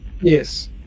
yes